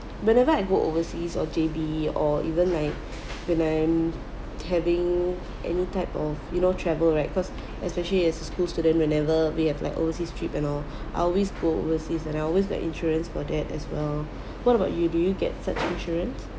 whenever I go overseas or J_B or even like when I am having any type of you know travel right cause especially as a school student whenever we have like overseas trip and all I always go overseas and I always buy insurance for that as well what about you do you get such insurance